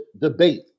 debate